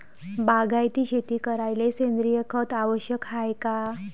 बागायती शेती करायले सेंद्रिय खत आवश्यक हाये का?